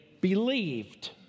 believed